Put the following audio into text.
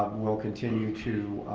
we'll continue to